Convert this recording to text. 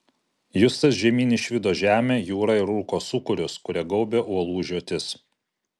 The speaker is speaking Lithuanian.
justas žemyn išvydo žemę jūrą ir rūko sūkurius kurie gaubė uolų žiotis